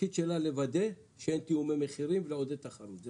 התפקיד שלה לוודא שאין תיאומי מחירים ולעודד תחרות,